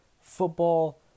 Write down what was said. football